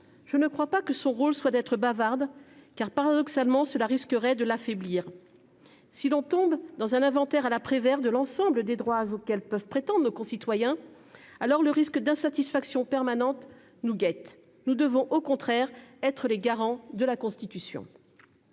Je ne crois pas que son rôle soit d'être bavarde, car paradoxalement cela risquerait de l'affaiblir. Si l'on tombe dans un inventaire à la Prévert de l'ensemble des droits auxquels peuvent prétendre nos concitoyens, alors le risque d'insatisfaction permanente nous guette. Nous devons, au contraire, être les garants de la Constitution.